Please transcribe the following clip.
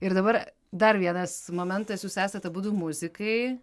ir dabar dar vienas momentas jūs esat abudu muzikai